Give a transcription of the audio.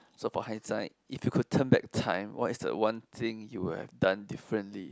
support hand sign if you could turn back time what is the one thing you would have done differently